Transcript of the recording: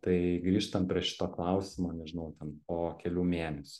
tai grįžtam prie šito klausimo nežinau ten po kelių mėnesių